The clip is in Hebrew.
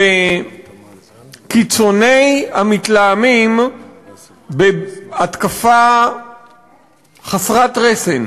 בקיצוני המתלהמים בהתקפה חסרת רסן,